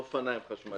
ואופניים חשמליים.